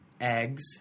eggs